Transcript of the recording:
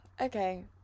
okay